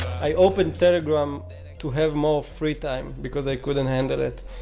i opened telegram to have more free time because i couldn't handle it.